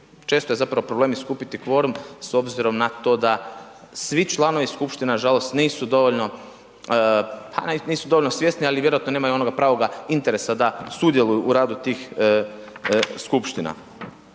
često je zapravo problem i skupiti kvorum s obzirom na to da svi članovi skupština nažalost nisu dovoljno svjesni, ali vjerojatno nemaju onoga pravoga interesa da sudjeluju u radu tih skupština.